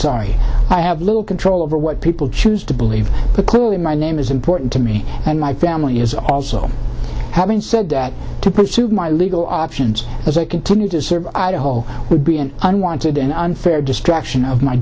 sorry i have little control over what people choose to believe but clearly my name is important to me and my family is also having said that to pursue my legal options as i continue to serve idaho would be an unwanted and unfair distraction of my